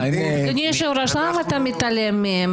אדוני היושב-ראש, למה אתה מתעלם מהם?